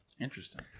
Interesting